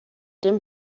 dem